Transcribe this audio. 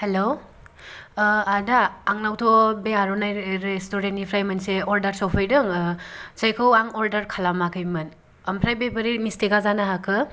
hello आदा आंनावथ' बे आर'नाइ रेस्टु'रेन्टनिफ्राय मोनसे अर्डार सफैदों जायखौ आं अर्डार खालामाखैमोन ओमफ्राय बे बोरै मिस्टेका जानो हाखो